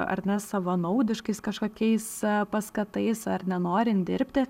ar ne savanaudiškais kažkokiais pastatais ar nenorin dirbti